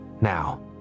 Now